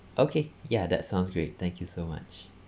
okay ya that sounds great thank you so much